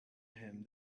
him